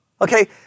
Okay